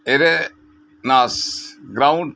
ᱮᱨᱮ ᱱᱟᱥ ᱜᱨᱟᱣᱩᱸᱰ